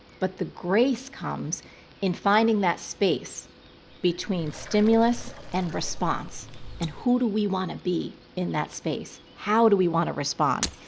but the grace comes in finding that space between stimulus and response and who do we want to be in that space? how do we want to respond?